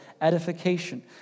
edification